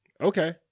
Okay